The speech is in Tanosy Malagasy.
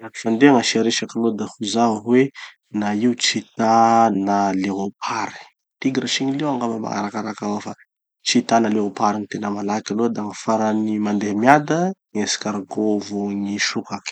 Halaky fandeha gn'asia resaky aloha da ho zaho hoe: na io cheetah na leopard. Tigre sy gny lion angamba magnarakarak'avao fa cheetah na leopard gny tena malaky aloha. Da gny farany mandeha miada: gny escargot vo gny sokaky.